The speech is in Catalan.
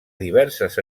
diverses